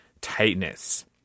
tightness